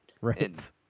Right